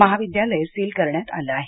महाविद्यालय सील करण्यात आलं आहे